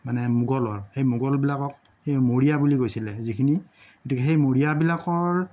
মানে মোগলৰ সেই মোগলবিলাকক এই মৰিয়া বুলি কৈছিলে যিখিনি গতিকে সেই মৰিয়াবিলাকৰ